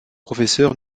professeur